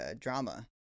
drama